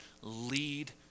lead